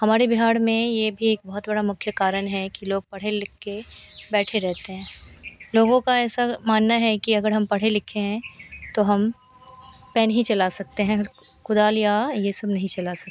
हमारे बिहार में यह भी एक बहुत बड़ा मुख्य कारण है कि लोग पढ़ लिखकर बैठे रहते हैं लोगों का ऐसा मानना है कि अगर हम पढ़े लिखे हैं तो हम पेन ही चला सकते हैं कुदाल या यह सब नहीं चला सकते हैं